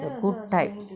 the good type